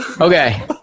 Okay